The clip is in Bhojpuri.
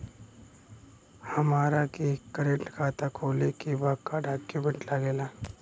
हमारा के करेंट खाता खोले के बा का डॉक्यूमेंट लागेला?